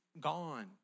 gone